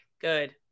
good